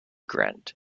grant